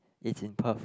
it's in Perth